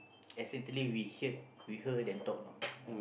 accidentally we heard we hear and talk you know ya